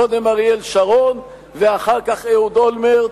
קודם אריאל שרון ואחר כך אהוד אולמרט,